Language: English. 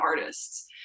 artists